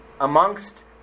amongst